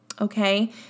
Okay